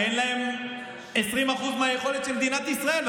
שאין להם 20% מהיכולת של מדינת ישראל.